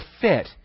fit